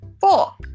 four